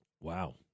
Wow